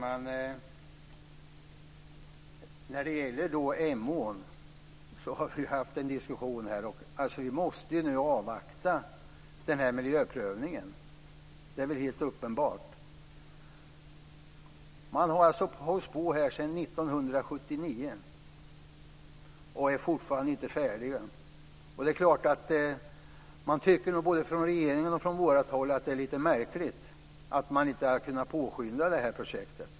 Fru talman! När det gäller Emån har vi haft en diskussion här, och nu måste vi avvakta miljöprövningen. Det är väl helt uppenbart. Man har alltså hållit på här sedan 1979, och är fortfarande inte färdig. Man tycker nog både från regeringen och från vårt håll att det är lite märkligt att man inte har kunnat påskynda det här projektet.